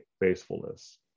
faithfulness